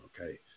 Okay